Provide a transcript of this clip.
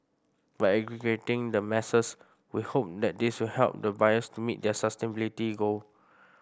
by aggregating the masses we hope that this will help the buyers to meet their sustainability goal